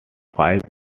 five